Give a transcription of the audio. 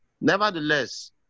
Nevertheless